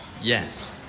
Yes